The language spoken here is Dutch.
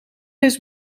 eens